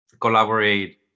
collaborate